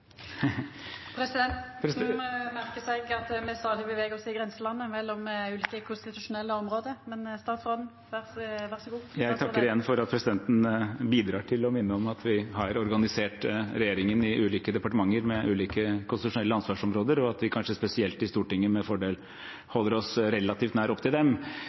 seg at me stadig beveger oss i grenselandet mellom ulike konstitusjonelle område, men vær så god, statsråd Barth Eide. Jeg takker igjen for at presidenten bidrar til å minne om at vi har organisert regjeringen i ulike departementer med ulike konstitusjonelle ansvarsområder, og at vi kanskje spesielt i Stortinget med fordel holder oss relativt nær opp til dem.